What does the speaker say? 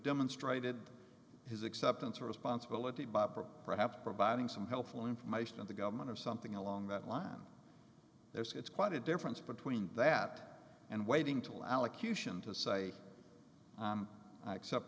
demonstrated his acceptance of responsibility by perhaps providing some helpful information of the government or something along that line there's it's quite a difference between that and waiting til allocution to say i accept